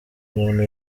umuntu